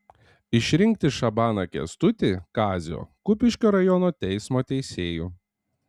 išrinkti šabaną kęstutį kazio kupiškio rajono teismo teisėju